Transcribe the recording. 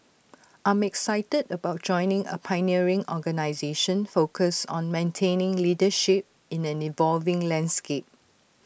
I'm excited about joining A pioneering organisation focused on maintaining leadership in the evolving landscape